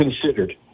considered